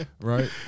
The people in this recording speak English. right